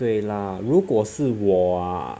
对啦如果是我啊